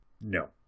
no